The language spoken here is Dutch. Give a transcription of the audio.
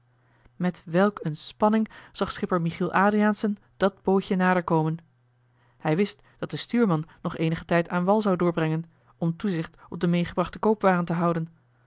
met welk een spanning zag schipper michiel adriaensen dat bootje nader komen hij wist dat de stuurman nog eenigen tijd aan wal zou doorbrengen om toezicht op de meegebrachte koopwaren te houden